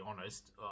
honest